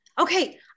Okay